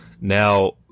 Now